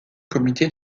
comité